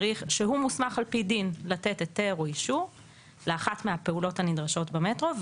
שהוא מוסמך על פי דין לתת היתר או אישור לאחת מהפעולות הנדרשות במטרו,